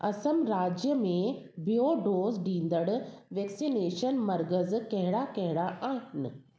असम राज्य में बि॒यो डोज़ ॾींदड़ु वैक्सनेशन मर्कज़ कहिड़ा कहिड़ा आहिनि